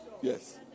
Yes